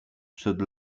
przed